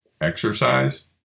exercise